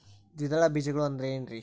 ದ್ವಿದಳ ಬೇಜಗಳು ಅಂದರೇನ್ರಿ?